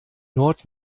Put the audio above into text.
nord